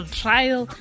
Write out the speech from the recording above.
trial